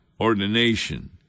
ordination